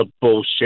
bullshit